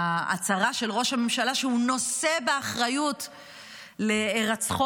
ההצהרה של ראש הממשלה שהוא נושא באחריות להירצחו,